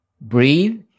Breathe